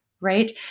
Right